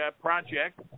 project